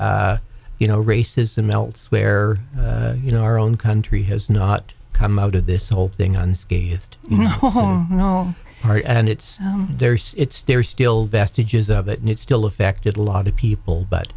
see you know racism elsewhere you know our own country has not come out of this whole thing unscathed and it's there it's there are still vestiges of it and it still affected a lot of people but